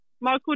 Michael